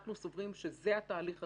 אנחנו סוברים שזה התהליך הנכון.